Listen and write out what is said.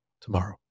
tomorrow